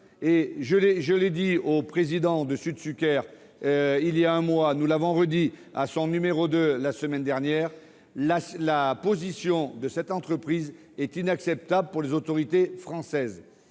Je l'ai dit au président de Südzucker il y a un mois, nous l'avons redit au numéro deux du groupe la semaine dernière : la position de cette entreprise est inacceptable pour les autorités françaises.